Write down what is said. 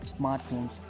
smartphones